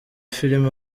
filime